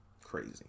Crazy